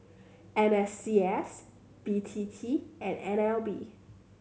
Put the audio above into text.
N S C S B T T and N L B